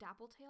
Dappletail